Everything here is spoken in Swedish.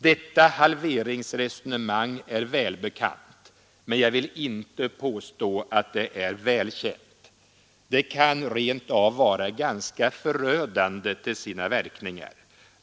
Detta halveringsresonemang är välbekant, men jag vill inte påstå att det är välkänt. Det kan rent av vara ganska förödande till sina verkningar.